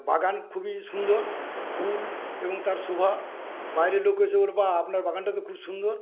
বাগান খুবই সুন্দর এবং ফুল তারশোভা বাইরের লোক এসে বলবে বাহ্ আপনার বাগানটা তো খুব সুন্দর